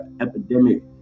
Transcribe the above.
epidemic